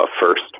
first